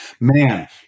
Man